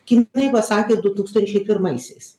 kinai pasakė du tūkstančiai pirmaisiais